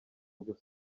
gusa